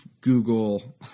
Google